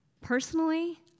Personally